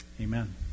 Amen